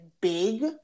big